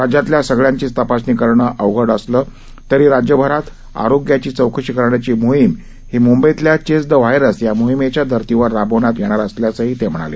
राज्यातल्या सगळ्यांचीच तपासणी करणं अवघड असली तरी राज्यभरात आरोग्याची चौकशी करण्याची मोहिम ही मुंबईतल्या चेस द व्हायरस या मोहिमेच्या धर्तीवर राबवण्यात येणार असल्याचंही ते म्हणाले